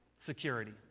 security